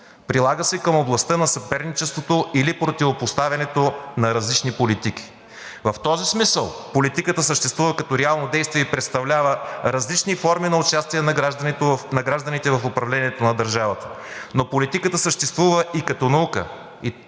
прилага се към областта на съперничеството или противопоставянето на различни политики. В този смисъл политиката съществува като реално действие и представлява различни форми на участие на гражданите в управлението на държавата, но политиката съществува и като наука